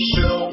Show